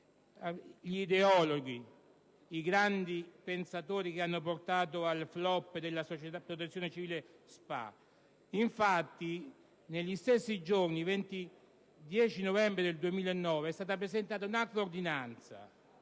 gli ideologi e i grandi pensatori che hanno portato al *flop* della società Protezione civile S.p.A. Infatti, negli stessi giorni, il 10 novembre 2009, è stata presentata un'altra ordinanza